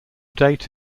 date